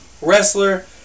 wrestler